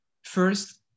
First